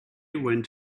went